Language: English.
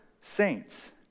saints